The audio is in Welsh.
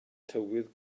tywydd